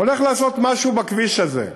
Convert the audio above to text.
הולך לעשות משהו בכביש הזה,